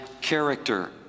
character